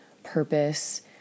purpose